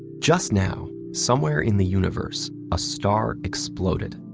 just now, somewhere in the universe, a star exploded.